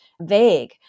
vague